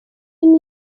imwe